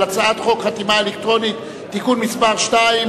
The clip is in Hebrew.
הצעת חוק חתימה אלקטרונית (תיקון מס' 2),